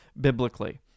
biblically